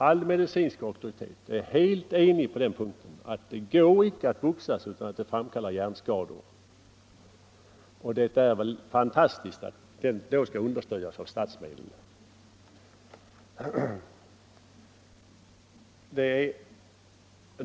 All medicinsk auktoritet är helt enig om att det inte går att boxas utan att hjärnskador uppstår. Det är väl fantastiskt att boxningen då skall understödjas av statsmedel.